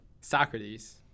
Socrates